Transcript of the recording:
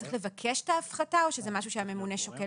צריך לבקש את ההפחתה או שזה משהו שהממונה שוקל